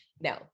no